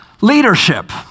leadership